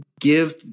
give